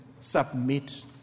submit